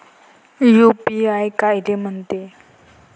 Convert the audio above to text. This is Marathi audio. यू.पी.आय कायले म्हनते?